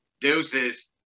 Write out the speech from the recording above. Deuces